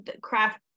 craft